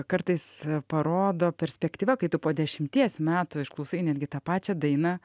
kartais parodo perspektyva kai tu po dešimties metų išklausai netgi tą pačią dainą